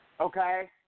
Okay